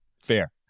fair